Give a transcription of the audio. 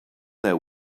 there